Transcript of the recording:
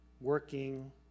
working